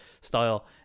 style